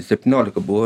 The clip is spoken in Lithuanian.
septyniolika buvo